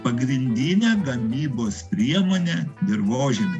pagrindinę gamybos priemonę dirvožemį